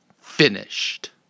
finished